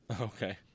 Okay